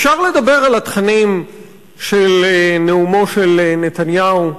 אפשר לדבר על התכנים של נאומו של נתניהו.